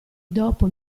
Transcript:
dopo